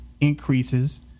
increases